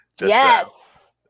Yes